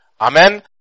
Amen